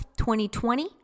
2020